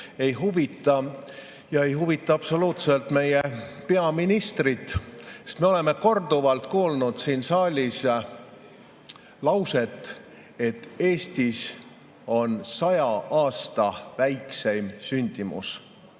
ei huvita. Ja ei huvita absoluutselt meie peaministrit. Me oleme korduvalt kuulnud siin saalis lauset, et Eestis on saja aasta väikseim sündimus.